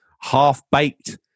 half-baked